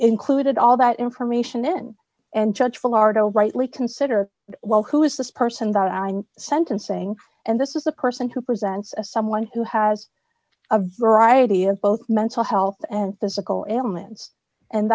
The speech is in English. included all that information in and judge florida rightly consider well who is this person that i'm sentencing and this is the person who presents as someone who has a variety of both mental health and physical ailments and